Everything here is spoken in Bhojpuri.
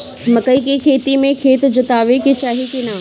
मकई के खेती मे खेत जोतावे के चाही किना?